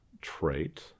trait